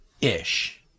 ish